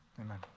Amen